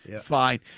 fine